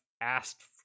asked